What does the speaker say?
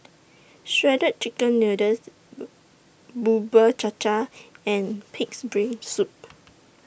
Shredded Chicken Noodles Bubur Cha Cha and Pig'S Brain Soup